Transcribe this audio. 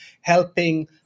helping